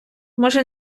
може